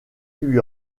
lui